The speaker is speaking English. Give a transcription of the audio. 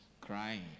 crying